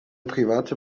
private